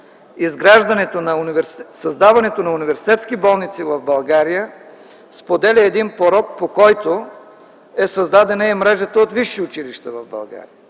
създаването на университетски болници в България споделя един порок, по който е създадена и мрежата от висши училища в България.